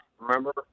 Remember